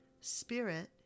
Spirit